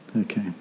Okay